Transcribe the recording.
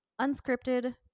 Unscripted